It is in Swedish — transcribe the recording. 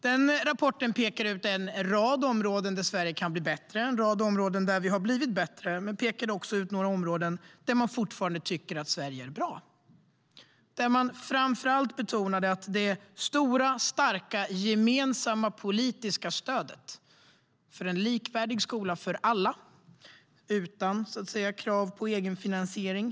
Den nya rapporten pekar ut en rad områden där Sverige kan bli bättre och en rad områden där vi har blivit bättre. Men den pekar också ut några områden där man fortfarande tycker att Sverige är bra. Man betonar framför allt det stora, starka och gemensamma politiska stödet för en likvärdig skola för alla, utan krav på egenfinansiering.